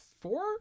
four